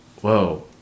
whoa